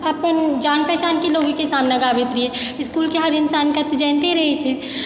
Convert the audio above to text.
अपन जान पहिचानके ही लोगके सामने गाबैत रहियै इसकुलके हर इन्सानके तऽ जानिते रहै छै